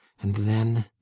and then.